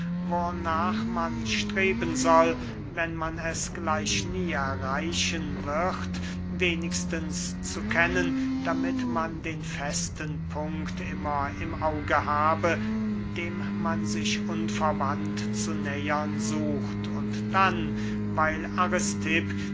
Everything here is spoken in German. wornach man streben soll wenn man es gleich nie erreichen wird wenigstens zu kennen damit man den festen punkt immer im auge habe dem man sich unverwandt zu nähern sucht und dann weil